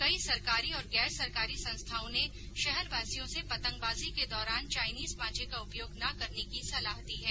कई सरकारी और गैर सरकारी संस्थाओं ने शहरवासियों से पतंगबाजी के दौरान चाईनीज मांझे का उपयोग ना करने की सलाह दी है